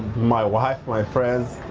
my wife, my friends,